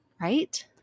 right